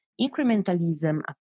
incrementalism